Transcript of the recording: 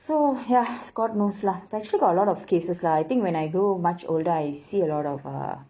so ya god knows lah but actually got a lot of cases lah I think when I grow much older I see a lot of uh